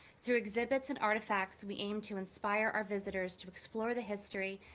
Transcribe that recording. through exhibits and artifacts, we aim to inspire our visitors to explore the history,